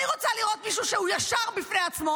אני רוצה לראות מישהו שהוא ישר בפני עצמו